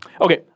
Okay